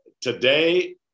today